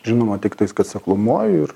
žinoma tiktais kad seklumoj ir